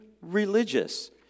religious